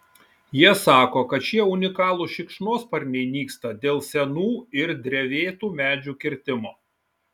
jie sako kad šie unikalūs šikšnosparniai nyksta dėl senų ir drevėtų medžių kirtimo